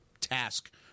task